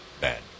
bad